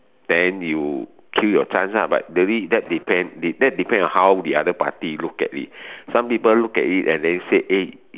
then you kill your chance lah but really that depends that depends on how the other party look at it some people look at it and then say eh